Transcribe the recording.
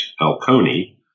Alconi